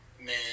man